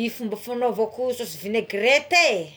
Ny fombako fanaovako saosy vinegrety é